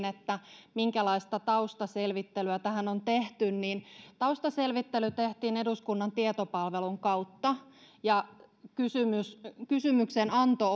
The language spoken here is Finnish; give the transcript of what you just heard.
että minkälaista taustaselvittelyä tähän on tehty taustaselvittely tehtiin eduskunnan tietopalvelun kautta ja kysymyksenanto